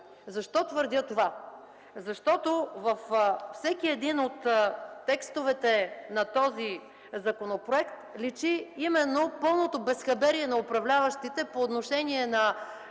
Защо твърдя това? Във всеки един от текстовете на този законопроект личи пълното безхаберие на управляващите по отношение на